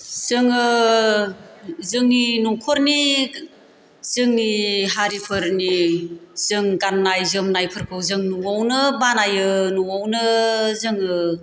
जोङो जोंनि नखरनि जोंनि हारिफोरनि जों गान्नाय जोमन्नायफोरखौ जों न'आवनो बानायो न'आवनो जोङो